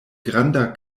granda